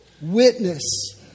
witness